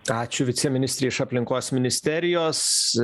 ačiū viceministrei iš aplinkos ministerijos